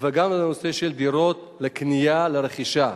וגם לנושא של דירות לקנייה, לרכישה.